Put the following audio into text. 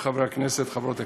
חברי הכנסת, חברות הכנסת,